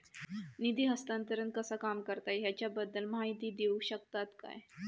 निधी हस्तांतरण कसा काम करता ह्याच्या बद्दल माहिती दिउक शकतात काय?